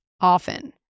often